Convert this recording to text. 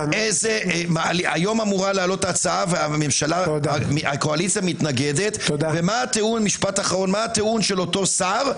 היום אמורה לעלות ההצעה והקואליציה מתנגדת ומה הטיעון של אותו שר?